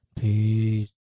Peace